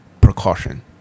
precaution